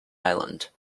island